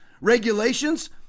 regulations